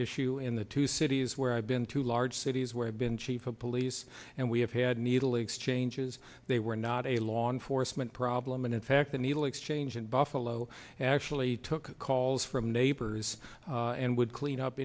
issue in the two cities where i've been to large cities where i've been chief of police and we have had needle exchanges they were not a law enforcement problem and in fact the needle exchange in buffalo actually took calls from neighbors and would clean up